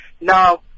Now